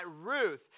Ruth